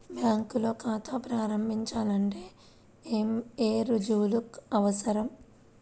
బ్యాంకులో ఖాతా ప్రారంభించాలంటే ఏ రుజువులు అవసరం?